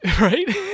Right